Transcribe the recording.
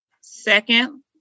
second